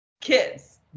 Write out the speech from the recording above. kids